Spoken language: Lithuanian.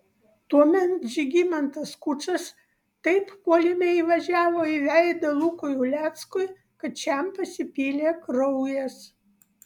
tuomet žygimantas skučas taip puolime įvažiavo į veidą lukui uleckui kad šiam pasipylė kraujas